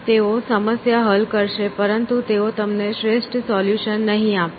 તેઓ સમસ્યા હલ કરશે પરંતુ તેઓ તમને શ્રેષ્ઠ સોલ્યુશન નહીં આપે